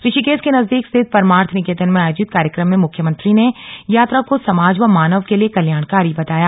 ऋषिकेश के नजदीक रिथित परमार्थ निकेतन में आयोजित कार्यक्रम में मुख्यमंत्री ने यात्रा को समाज व मानव के लिये कल्याणकारी बताया